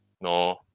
No